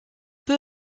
peu